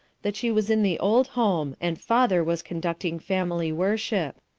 that she was in the old home, and father was conducting family worship.